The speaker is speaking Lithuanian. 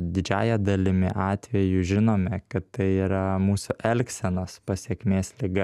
didžiąja dalimi atvejų žinome kad tai yra mūsų elgsenos pasekmės liga